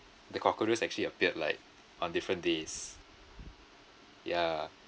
the cockroaches actually appeared like on different days ya